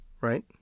right